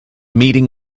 meeting